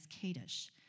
Kadesh